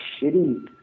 shitty